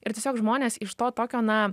ir tiesiog žmonės iš to tokio na